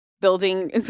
building